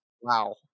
Wow